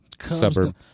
Suburb